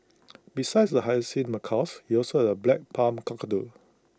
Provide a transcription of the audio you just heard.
besides the hyacinth macaws he also has A black palm cockatoo